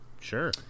sure